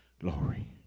Glory